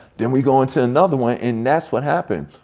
then we go into another one and that's what happened.